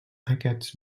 aquests